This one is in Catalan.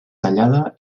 tallada